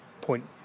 point